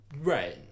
right